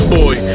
boy